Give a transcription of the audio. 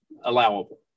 allowable